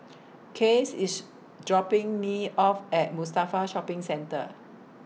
Case IS dropping Me off At Mustafa Shopping Centre